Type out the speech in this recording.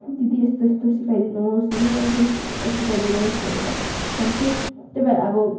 दिदी यस्तो यस्तो सिकाइदिनुहोस् होइन एकदम सिकाइदिनुहोस् भनेर भन्छु त्यही भएर अब